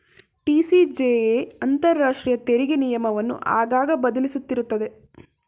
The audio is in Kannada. ಟಿ.ಸಿ.ಜೆ.ಎ ಅಂತರಾಷ್ಟ್ರೀಯ ತೆರಿಗೆ ನಿಯಮವನ್ನು ಆಗಾಗ ಬದಲಿಸುತ್ತಿರುತ್ತದೆ